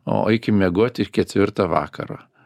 o eikim miegoti ketvirtą vakaro